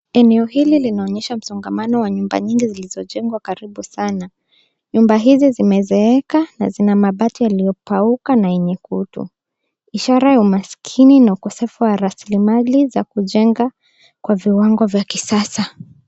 Eneo hili linaonyesha msongamano wa nyumba nyingi zilizojengwa karibu sana. Nyumba hizi zimezeeka na zina mabati yaliyopauka na yenye kutu ishara ya umaskini na ukosefu wa rasilimali za kujenga kwa viwango vya kisasa.